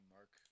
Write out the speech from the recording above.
Mark